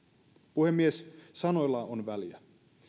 puhemies sanoilla on väliä